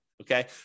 Okay